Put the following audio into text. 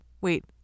Wait